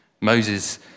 Moses